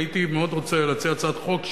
הייתי מאוד רוצה להציע הצעת חוק,